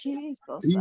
Jesus